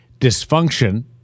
dysfunction